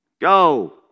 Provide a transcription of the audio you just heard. go